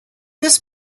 this